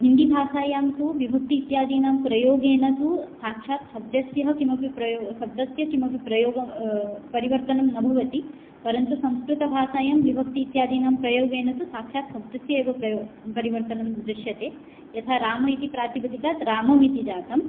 हिन्दीभाषायां तु विभक्ति इत्यादीनां प्रयोगेण तु साक्षात् शब्दस्य किमपि प्रयो शब्दस्य किमपि प्रयोग परिवर्तनं न भवति परन्तु संस्कृतभाषायां विभक्ति इत्यादीनां प्रयोगेण तु साक्षात् शब्दस्य एव प्रयोगपरिवर्तनं दृश्यते यथा राम इति प्रातिपदिकात् राममिति जातं